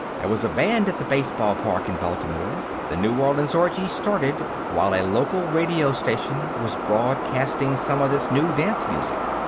there was a band at the baseball park in baltimore. the new orleans orgy started while a local radio station was broadcasting some of this new dance-music.